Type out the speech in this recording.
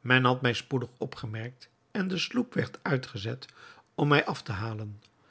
men had mij spoedig opgemerkt en de sloep werd uitgezet om mij af te halen